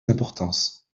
d’importance